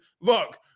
Look